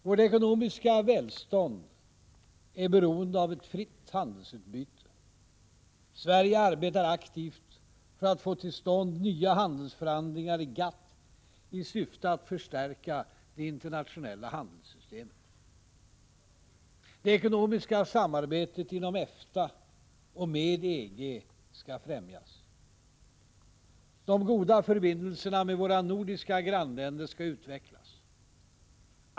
Vårt ekonomiska välstånd är beroende av ett fritt handelsutbyte. Sverige arbetar aktivt för att få till stånd nya handelsförhandlingar i GATT i syfte att förstärka det internationella handelssystemet. Det ekonomiska samarbetet inom EFTA och med EG skall främjas. De goda förbindelserna med våra nordiska grannländer skall utvecklas.